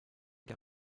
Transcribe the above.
car